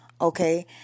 okay